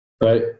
right